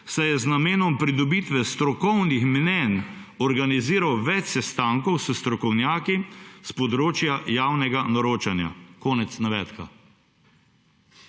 saj je z namenom pridobitve strokovnih mnenj organiziral več sestankov s strokovnjaki s področja javnega naročanja«. Stran